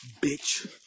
bitch